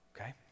Okay